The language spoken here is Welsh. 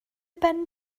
ben